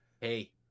Hey